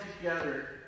together